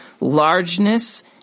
Largeness